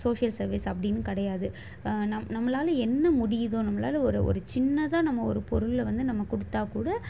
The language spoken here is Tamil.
சோஷியல் சர்வீஸ் அப்படின்னு கிடையாது நம் நம்மளால் என்ன முடியுதோ நம்மளால் ஒரு ஒரு சின்னதாக நம்ம ஒரு பொருளை வந்து நம்ம கொடுத்தாக்கூட